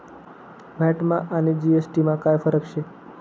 व्हॅटमा आणि जी.एस.टी मा काय फरक शे?